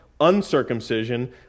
uncircumcision